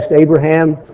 Abraham